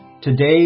today